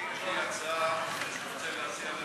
יש לי הצעה שאני רוצה להציע,